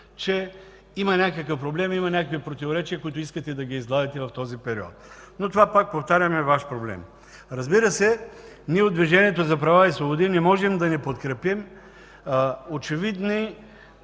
че има някакъв проблем, има някакви противоречия, които искате да изгладите в този период, но това, пак повтарям, е Ваш проблем. Разбира се, ние от Движението за права и свободи не можем да не подкрепим очевидни